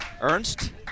Ernst